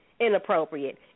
inappropriate